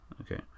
Okay